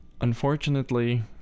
Unfortunately